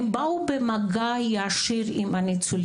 במשך שלושה ימים הם באו במגע ישיר עם הניצולים.